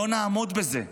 לא נעמוד בזה.